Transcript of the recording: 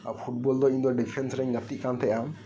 ᱟᱨ football ᱫᱚ ᱤᱧᱫᱚ defence ᱨᱮᱧ ᱜᱟᱛᱤᱠ ᱠᱟᱱᱛᱟᱦᱮᱸᱜᱼᱟ